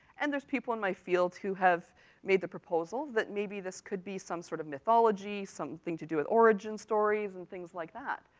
and there's people in my field who have made the proposal that, maybe, this could be some sort of mythology, something to do with origin stories and things like that.